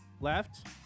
Left